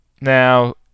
Now